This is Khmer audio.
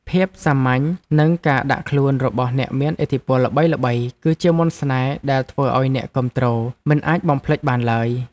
ភាពសាមញ្ញនិងការដាក់ខ្លួនរបស់អ្នកមានឥទ្ធិពលល្បីៗគឺជាមន្តស្នេហ៍ដែលធ្វើឱ្យអ្នកគាំទ្រមិនអាចបំភ្លេចបានឡើយ។